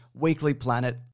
weeklyplanet